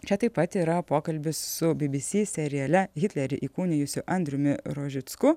čia taip pat yra pokalbis su bbc seriale hitlerį įkūnijusiu andriumi rožicku